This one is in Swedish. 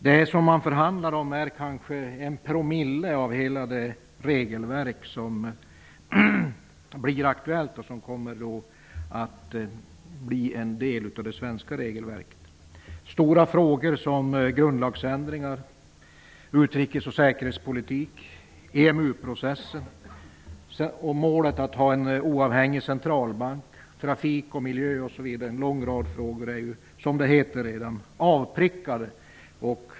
Det som man förhandlar om är kanske en promille av hela det regelverk som blir aktuellt och som kommer att bli en del av det svenska regelverket. Stora frågor som grundlagsändringar, utrikes och säkerhetspolitik, EMU-processen och målet att ha en oavhängig centralbank, trafik och miljö är ju redan avprickade, som det heter.